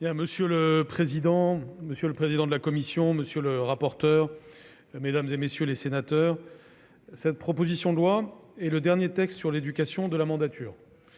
Monsieur le président, monsieur le vice-président de la commission, monsieur le rapporteur, mesdames, messieurs les sénateurs, cette proposition de loi est le dernier texte sur l'éducation de la législature.